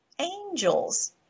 angels